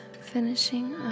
finishing